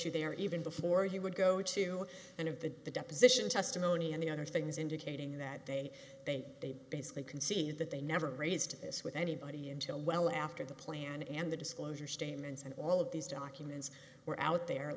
you there even before he would go to end of the deposition testimony and the other things indicating that they they they basically concede that they never raised this with anybody until well after the plan and the disclosure statements and all of these documents were out there